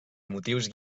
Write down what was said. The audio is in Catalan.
motius